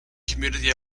community